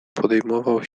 podejmował